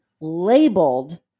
labeled